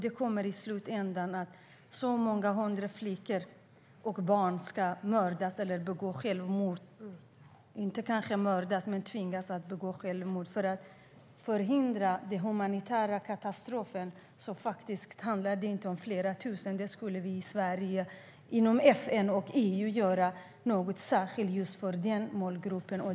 Det kommer i slutändan att leda till att många hundra flickor, och barn, kommer att tvingas begå självmord. För att förhindra den humanitära katastrofen - det handlar faktiskt inte om flera tusen - skulle Sverige, FN och EU kunna göra något särskilt för just den målgruppen.